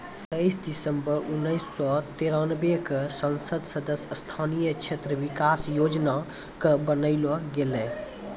तेइस दिसम्बर उन्नीस सौ तिरानवे क संसद सदस्य स्थानीय क्षेत्र विकास योजना कअ बनैलो गेलैय